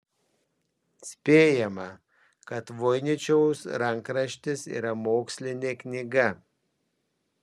spėjama kad voiničiaus rankraštis yra mokslinė knyga